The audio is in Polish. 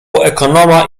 ekonoma